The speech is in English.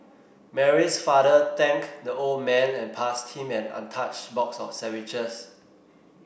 Mary's father thanked the old man and passed him an untouched box of sandwiches